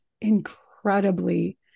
incredibly